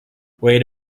wait